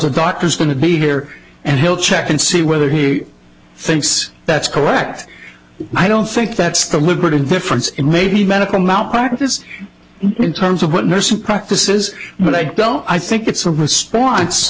a doctor's going to be here and he'll check and see whether he thinks that's correct i don't think that's the lucrative difference in maybe medical malpractise in terms of what nursing practices but i don't it's a response